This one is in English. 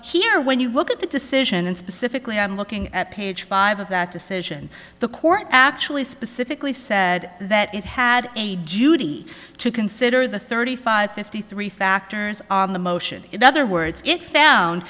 here when you look at the decision and specifically i'm looking at page five of that decision the court actually specifically said that it had a duty to consider the thirty five fifty three factors on the motion in other words it